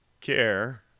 care